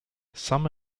some